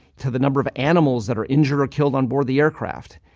to the number of animals that are injured or killed on board the aircraft.